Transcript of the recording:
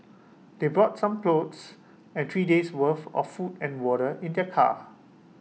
they brought some clothes and three days' worth of food and water in their car